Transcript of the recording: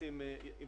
אבל בשנה הזאת,